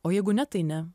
o jeigu ne tai ne